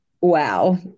Wow